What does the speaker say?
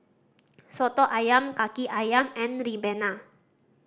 Soto Ayam Kaki Ayam and ribena